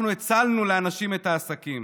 אנחנו הצלנו לאנשים את העסקים,